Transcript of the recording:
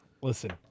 Listen